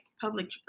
public